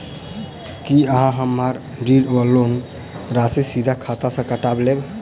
की अहाँ हम्मर ऋण वा लोन राशि सीधा खाता सँ काटि लेबऽ?